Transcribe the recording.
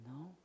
no